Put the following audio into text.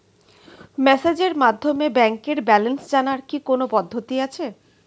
মেসেজের মাধ্যমে ব্যাংকের ব্যালেন্স জানার কি কোন পদ্ধতি আছে?